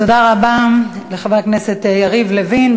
תודה רבה לחבר הכנסת יריב לוין.